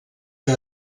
que